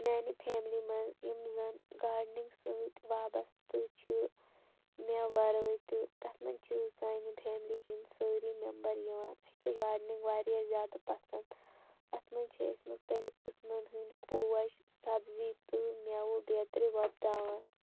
میٛانہِ فیملی منٛز یِم زَن گاڈنِنٛگ سۭتۍ وابستہٕ چھِ مےٚ ورٲے تہٕ تَتھ منٛز چھِ سانہِ فیملی ہٕنٛدۍ سٲری ممبَر یِوان اَسہِ چھِ گاڈنِنٛگ واریاہ زیادٕ پسنٛد اَتھ منٛز چھِ أسۍ مُختلِف قٕسمَن ہٕنٛدۍ پوش سبزی تہٕ مٮ۪وٕ بیٚترِ وۅپداوان